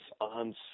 on